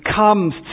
comes